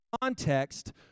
context